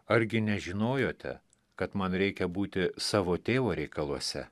argi nežinojote kad man reikia būti savo tėvo reikaluose